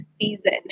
season